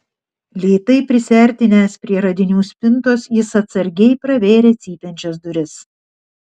lėtai prisiartinęs prie radinių spintos jis atsargiai pravėrė cypiančias duris